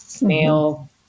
male